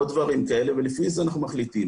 או דברים כאלה, ולפי זה אנחנו מחליטים.